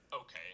Okay